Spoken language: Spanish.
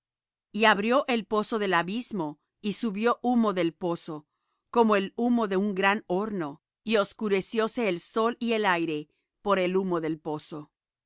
y abrió el pozo del abismo y subió humo del pozo como el humo de un gran horno y oscurecióse el sol y el aire por el humo del pozo y